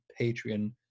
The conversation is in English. Patreon